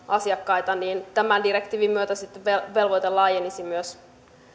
asiakkaita niin tämän direktiivin myötä sitten velvoite laajenisi myös